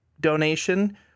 donation